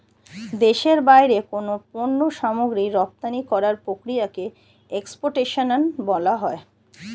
দেশের বাইরে কোনো পণ্য সামগ্রী রপ্তানি করার প্রক্রিয়াকে এক্সপোর্টেশন বলা হয়